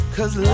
Cause